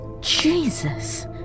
Jesus